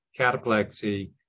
cataplexy